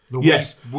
Yes